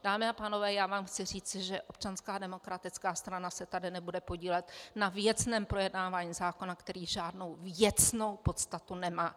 Dámy a pánové, já vám chci říci, že Občanská demokratická strana se tady nebude podílet na věcném projednávání zákona, který žádnou věcnou podstatu nemá.